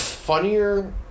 funnier